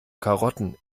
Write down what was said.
karotten